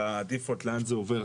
על ה-default לאן זה עובר.